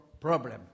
problem